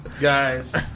guys